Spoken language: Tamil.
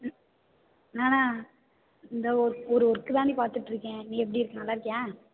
ம் நானா இந்த ஒர் ஒரு ஒர்க் தான்டி பார்த்துட்டுருக்கேன் நீ எப்படி இருக்க நல்லா இருக்கீயா